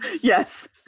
Yes